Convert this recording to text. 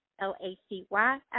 L-A-C-Y